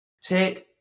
take